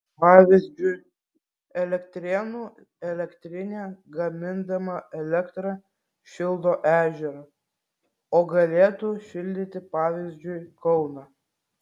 pavyzdžiui elektrėnų elektrinė gamindama elektrą šildo ežerą o galėtų šildyti pavyzdžiui kauną